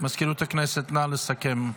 מזכירות הכנסת, נא לסכם.